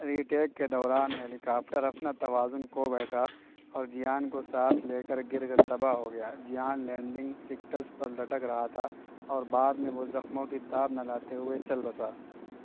retake کے دوران helicopter اپنا توازن کھو بیٹھا اور جیان کو ساتھ لے کر گر کر تباہ ہو گیا جیان لینڈنگ سکڈز پر لٹک رہا تھا اور بعد میں وہ زخموں کی تاب نہ لاتے ہوئے چل بسا